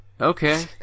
Okay